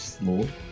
lord